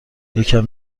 یکم